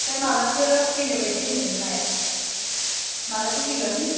ओमफ्राय मालाथो फैनो बायदि होन्दों नोंलाय मालाथो फैगोन